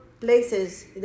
places